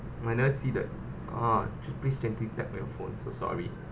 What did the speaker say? no I never see that oh please gently tap your phone so sorry